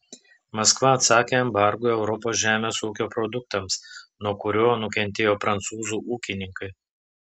maskva atsakė embargu europos žemės ūkio produktams nuo kurio nukentėjo prancūzų ūkininkai